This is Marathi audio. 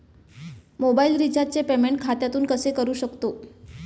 मोबाइल रिचार्जचे पेमेंट खात्यातून कसे करू शकतो?